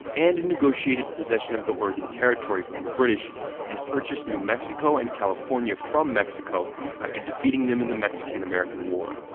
and negotiated possession of the oregon territory from the british and purchased new mexico and california from mexico after defeating them in the mexican-american war.